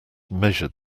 measured